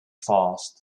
fast